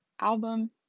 album